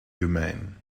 humane